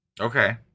Okay